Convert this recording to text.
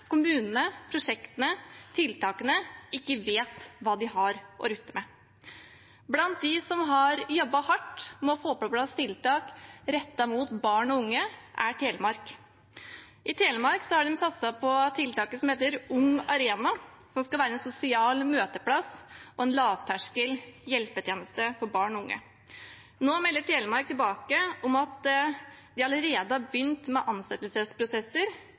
kommunene, prosjektene og tiltakene ikke vet hva de har å rutte med. Blant dem som har jobbet hardt med å få på plass tiltak rettet mot barn og unge, er Telemark. I Telemark har de satset på tiltaket som heter Ung Arena, som skal være en sosial møteplass og en lavterskel hjelpetjeneste for barn og unge. Nå melder Telemark tilbake at de allerede har begynt med ansettelsesprosesser,